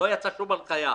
לא יצאה שום הנחיה בעניין,